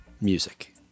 music